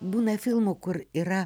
būna filmų kur yra